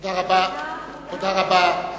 תודה רבה.